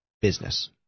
business